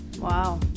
Wow